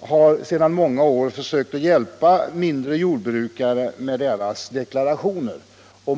har sedan många år försökt hjälpa småjordbrukare med deras deklarationer.